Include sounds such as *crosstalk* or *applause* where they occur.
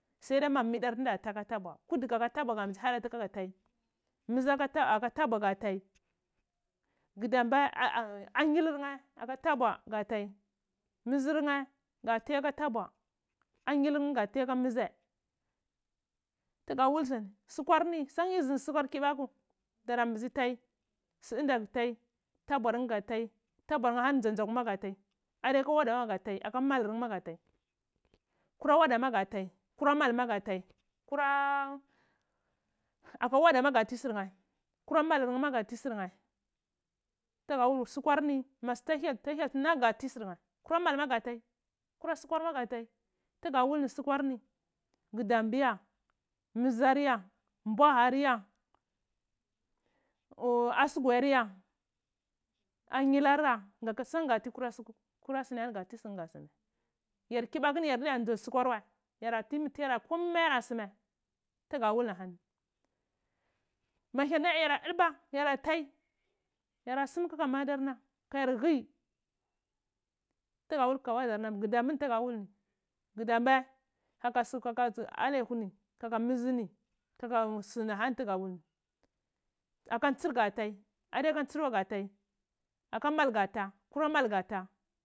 Sai de ma mi dar ani tuna ta ga tabwa haka tabwa ni dza haka hada dini kaga dai mizhothe aka tabwa ga tai gghhudambhe anyil mmheh aka tabwa ga tair mhizer mheh ga tryaka tabu any. Lnheh ga ti aka mizdeh tuga wul suni sukar ni shan yi jindi duuar kibaku dara mbizi tai su inda gu tar tabwar nheh gu tai tabur nheh ahani hywate ngwate mu gatai adiyaka auda wau ga tai aka malur ni ma ga tai hura *hesitation* aka auda ma ga ti sur nheh tugada wal suhwar ni ma hyel ta lagu ssu ma ga ti surnhe ko malma ga tai kura suhwal ma ga tai tuguda wul ni sukar ni gudambu ya myzaryu mbuharya *hesitation* asugwar ya anyil barya gaka hura ku sunar kati surnai yar kibakuni yarda din sokurwai hayor nti koma mi tryara sumai tugu wul shani mo hyal nayar yna dulba yara tui yara som kaka modarna mayar nnghi wal kaka wazar na gudambheni tugada wulai gudambe kakka tsa aleho yarni kaka mhizdi ni kaka suna huni n tuga wul ni aka ntsir ga tai aviyated ntsir wai ga tai aka mal gafa kuro mal gata.